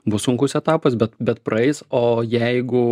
bus sunkus etapas bet bet praeis o jeigu